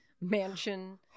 mansion